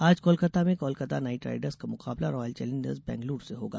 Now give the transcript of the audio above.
आज कोलकाता में Kolkata Knight Riders का मुकाबला रॉयल चैलेंजर्स बैंगलौर से होगा